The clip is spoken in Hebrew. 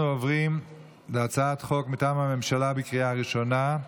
אנחנו עוברים להצעת חוק מטעם הממשלה לקריאה ראשונה,